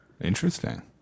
Interesting